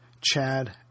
Chad